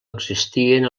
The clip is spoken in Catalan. existien